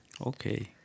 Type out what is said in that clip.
okay